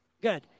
Good